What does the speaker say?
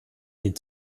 den